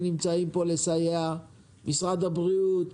משרד הבריאות,